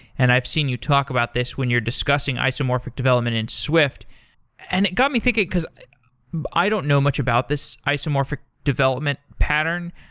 and i've seen you talk about this when you're discussing isomorphic development in swift and it got me thinking, because i don't know much about this isomorphic development pattern.